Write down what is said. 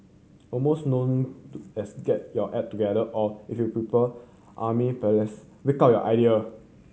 almost known to as get your act together or if you prepare army parlance wake up your idea